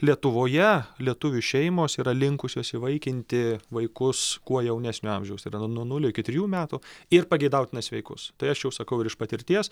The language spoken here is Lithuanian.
lietuvoje lietuvių šeimos yra linkusios įvaikinti vaikus kuo jaunesnio amžiaus yra nuo nulio iki trijų metų ir pageidautina sveikus tai aš jau sakau ir iš patirties